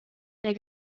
der